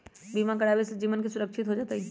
बीमा करावे से जीवन के सुरक्षित हो जतई?